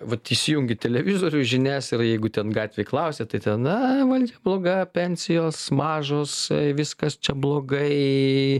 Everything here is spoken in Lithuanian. vat įsijungi televizorių žinias ir jeigu ten gatvėj klausia tai ten ai man čia bloga pensijos mažos viskas čia blogai